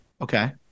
Okay